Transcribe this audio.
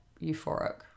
euphoric